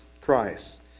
Christ